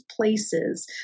places